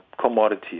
commodity